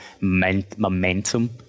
momentum